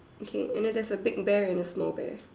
okay and then there's a big bear and a small bear